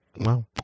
wow